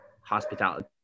hospitality